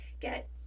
get